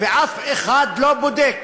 ואף אחד לא בודק,